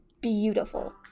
beautiful